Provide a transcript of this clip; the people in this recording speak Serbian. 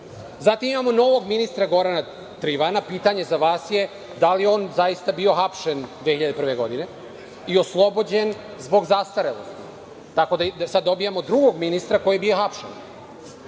glasamo. Imamo novog ministra Gorana Trivana. Pitanje za vas je – da li je on zaista bio hapšen 2001. godine i oslobođen zbog zastarelosti? Tako da sad dobijamo drugog ministra koji je bio hapšen.